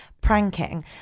pranking